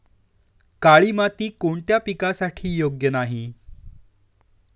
काळी माती कोणत्या पिकासाठी योग्य नाही?